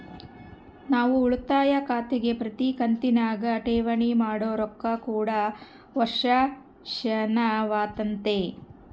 ನಾವು ಉಳಿತಾಯ ಖಾತೆಗೆ ಪ್ರತಿ ಕಂತಿನಗ ಠೇವಣಿ ಮಾಡೊ ರೊಕ್ಕ ಕೂಡ ವರ್ಷಾಶನವಾತತೆ